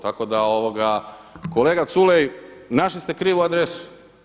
Tako da kolega Culej našli ste krivu adresu.